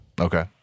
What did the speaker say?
Okay